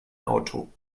auto